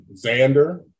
Xander